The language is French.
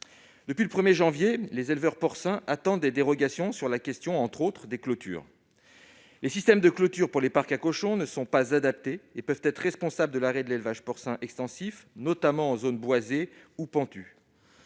Depuis le 1 janvier, les éleveurs porcins attendent des dérogations, notamment sur la question des clôtures. Les systèmes de clôture pour les parcs à cochons ne sont pas adaptés et peuvent conduire à l'arrêt de l'élevage porcin extensif, particulièrement en zone boisée ou pentue.